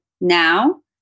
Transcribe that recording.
now